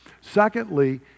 Secondly